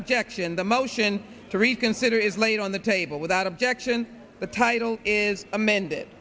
objection the motion to reconsider is laid on the table without objection the title is amended